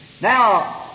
Now